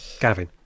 Gavin